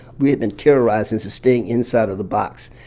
we had been terrorized into staying inside of the box,